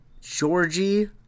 Georgie